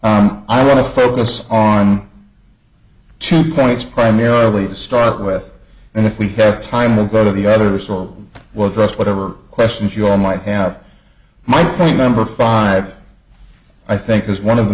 i want to focus on two points primarily to start with and if we have time we'll go to the other sold well dressed whatever questions you all might have might point number five i think is one of the